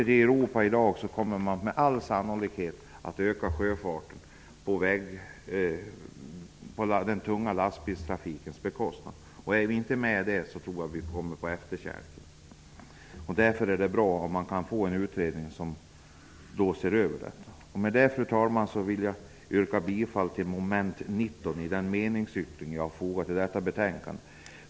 I Europa kommer man med all sannolikhet att öka sjöfarten på den tunga lastbilstrafikens bekostnad. Om vi inte är med på det tror jag att vi kommer på efterkälken. Därför är det bra om man kan få till stånd en utredning. Med detta, fru talman, vill jag yrka bifall till min meningsyttring avseende mom. 19.